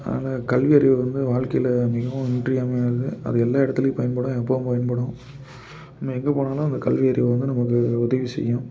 அதனால் கல்வியறிவு வந்து வாழ்க்கையில் மிகவும் இன்றியமையாதது அது எல்லா இடத்துலையும் பயன்படும் எப்போவும் பயன்படும் நம்ம எங்கே போனாலும் அந்த கல்வியறிவு வந்து நமக்கு உதவி செய்யும்